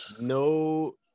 no